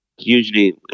usually